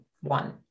one